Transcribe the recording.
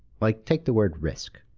like take the word risk.